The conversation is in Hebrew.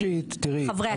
ראשית תראי,